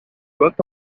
worked